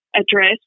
address